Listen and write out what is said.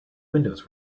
windows